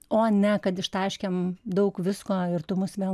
o ne kad ištaškėm daug visko ir tu mus vėl